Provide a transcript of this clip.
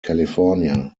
california